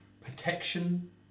Protection